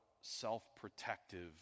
self-protective